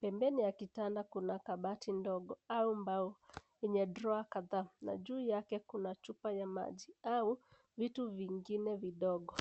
Pembeni ya kitanda kuna kabati ndogo au mbao yenye drawer kadhaa. Na juu yake kuba chupa cha maji au vitu vingine vidogo.